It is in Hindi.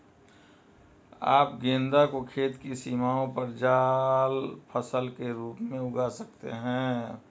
आप गेंदा को खेत की सीमाओं पर जाल फसल के रूप में उगा सकते हैं